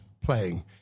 playing